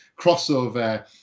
crossover